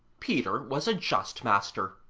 peter was a just master,